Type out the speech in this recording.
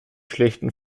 schlechten